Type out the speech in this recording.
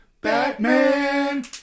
Batman